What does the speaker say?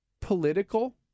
political